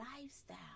lifestyle